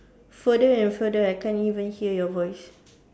further and further I can't even hear your voice